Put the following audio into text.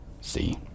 See